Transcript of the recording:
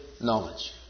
knowledge